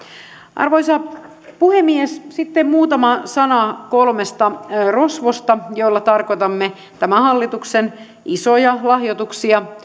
arvoisa puhemies sitten muutama sana kolmesta rosvosta joilla tarkoitamme tämän hallituksen isoja lahjoituksia